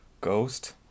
Ghost